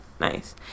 nice